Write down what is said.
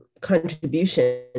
contribution